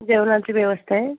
जेवणाची व्यवस्थाए